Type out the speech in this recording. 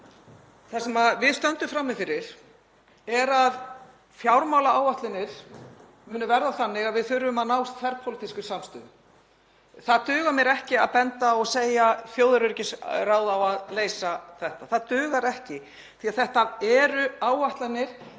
Það sem við stöndum frammi fyrir er að fjármálaáætlanir munu verða þannig að við þurfum að ná þverpólitískri samstöðu. Það dugar mér ekki að benda og segja: Þjóðaröryggisráð á að leysa þetta. Það dugar ekki því að þetta eru áætlanir,